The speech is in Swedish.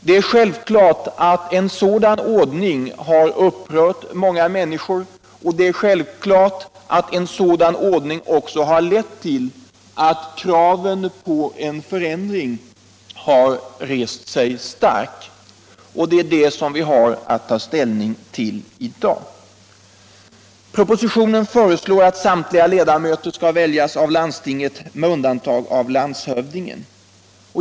Det är självklart att en sådan ordning har upprört många människor, och givet är att den ordningen har lett till starka krav på en förändring. Detta är också vad vi har att ta ställning till i dag. Propositionen föreslår att samtliga ledamöter skall väljas av landstinget med undantag av landshövdingen.